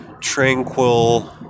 tranquil